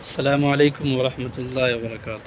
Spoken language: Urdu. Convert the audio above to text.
السلام علیکم ورحمتۃ اللہ وبرکاتہ